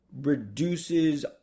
reduces